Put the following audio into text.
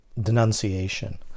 denunciation